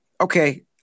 Okay